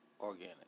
organic